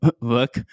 look